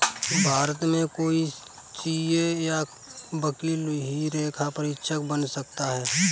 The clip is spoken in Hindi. भारत में कोई सीए या वकील ही लेखा परीक्षक बन सकता है